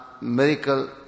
miracle